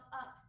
up